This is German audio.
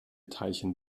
teilchen